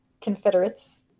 confederates